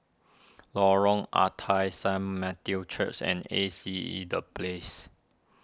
Lorong Ah Thia Saint Matthew's Church and A C E the Place